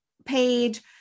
Page